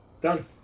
Done